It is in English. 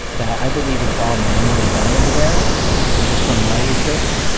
that i believe it's all manually done over there just from my research.